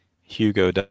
Hugo